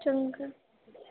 ਚੰਗਾ